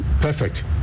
perfect